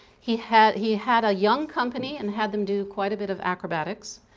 he had he had a young company and had them do quite a bit of acrobatics.